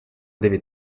deve